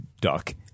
duck